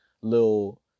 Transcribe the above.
little